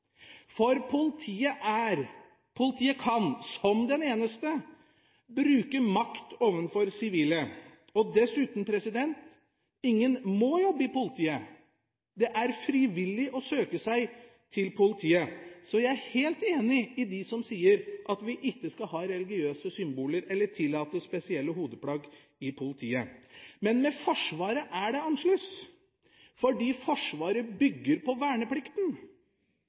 For politiet kan, som den eneste, bruke makt overfor sivile. Dessuten: Ingen må jobbe i politiet, det er frivillig å søke seg til politiet. Jeg er helt enig med dem som sier at vi ikke skal ha religiøse symboler eller tillate spesielle hodeplagg i politiet. Men med Forsvaret er det annerledes, for Forsvaret bygger på verneplikten.